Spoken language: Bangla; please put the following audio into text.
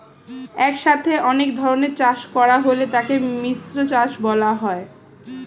একসাথে অনেক ধরনের চাষ করা হলে তাকে মিশ্র চাষ বলা হয়